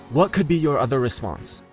what could be your other response?